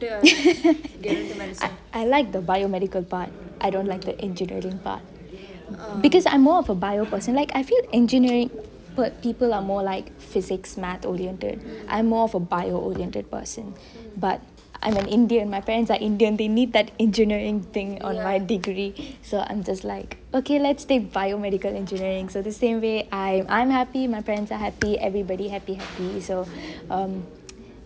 I I like the biomedical part I don't like the engineering part because I'm more of a bio person I feel that engineering people are more like physics math oriented I'm more of a bio oriented person but I'm indian my parents are indian they need that engineering thing on my degree so I'm just like okay let's take biomedical engineering so the same way I'm happy my parents are happy everybody happy happy so um